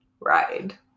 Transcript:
ride